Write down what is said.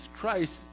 Christ